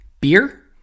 Beer